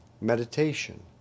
Meditation